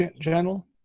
channel